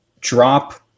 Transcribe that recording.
drop